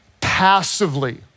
passively